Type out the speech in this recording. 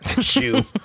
shoe